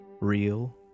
real